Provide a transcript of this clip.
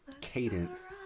cadence